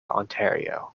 ontario